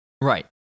Right